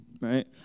right